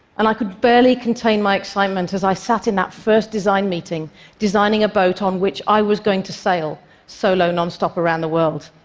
and i could barely contain my excitement as i sat in that first design meeting designing a boat on which i was going to sail solo nonstop around the world.